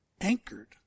anchored